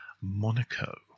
Monaco